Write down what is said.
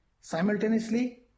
Simultaneously